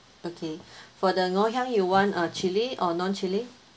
okay for the ngoh hiang you want uh chilli or non-chilli